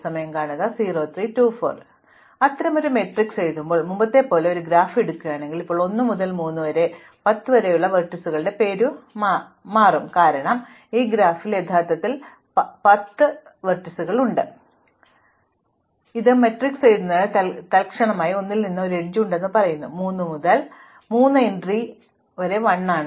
അതിനാൽ അത്തരമൊരു മാട്രിക്സ് എഴുതുമ്പോൾ മുമ്പത്തെപ്പോലെ ഒരു ഗ്രാഫ് എടുക്കുകയാണെങ്കിൽ ഇപ്പോൾ 1 മുതൽ 3 വരെ 10 വരെ ലംബങ്ങളുടെ പേരുമാറ്റും കാരണം ഈ ഗ്രാഫിൽ യഥാർത്ഥത്തിൽ 10 ലംബങ്ങളുണ്ട് തുടർന്ന് ഞങ്ങൾ ഈ മാട്രിക്സ് എഴുതുന്നു തൽക്ഷണത്തിനായി 1 ൽ നിന്ന് ഒരു എഡ്ജ് ഉണ്ടെന്ന് പറയുന്നു 3 മുതൽ 3 വരെ എൻട്രി 1 ആണ്